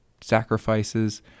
sacrifices